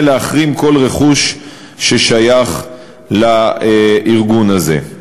אפשר להחרים כל רכוש ששייך לארגון הזה.